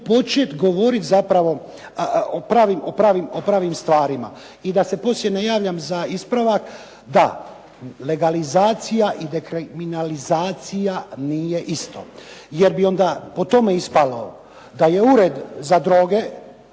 početi govoriti zapravo o pravim stvarima i da se poslije ne javljam za ispravak da, legalizacija i dekriminalizacija nije isto. Jer bi onda po tome ispalo da je Ured za droge